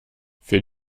für